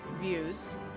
views